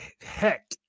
heck